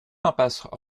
impasse